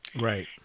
Right